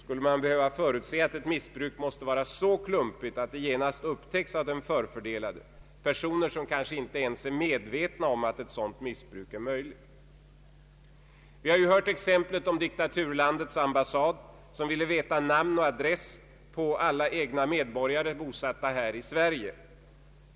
Måste man förutsätta att ett missbruk skall vara så klumpigt att det genast upptäcks av den förfördelade, som kanske inte ens är medveten om att ett sådant missbruk är möjligt? Vi har hört exemplet om diktaturlandets ambassad, som ville veta namn och adress på alla egna medborgare bosatta i vårt land.